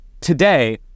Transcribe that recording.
Today